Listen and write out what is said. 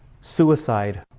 suicide